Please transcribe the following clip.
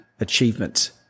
achievements